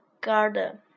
garden